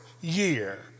year